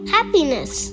Happiness